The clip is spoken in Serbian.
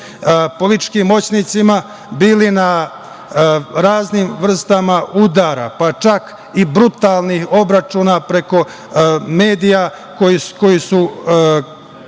političkim moćnicima, bili na raznim vrstama udara, pa čak i brutalnih obračuna preko medija koji su